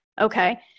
Okay